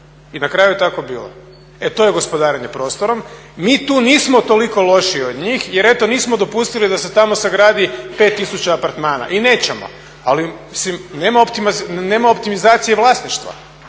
I na kraju je tako bilo. E to je gospodarenje prostorom. Mi tu nismo toliko lošiji od njih, jer eto nismo dopustili da se tamo sagradi 5000 apartmana i nećemo. Ali mislim, nema optimizacije vlasništva.